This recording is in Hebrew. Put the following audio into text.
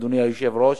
אדוני היושב-ראש,